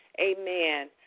Amen